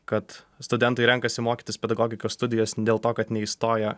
kad studentai renkasi mokytis pedagogikos studijas dėl to kad neįstoja